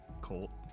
colt